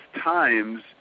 times